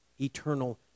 eternal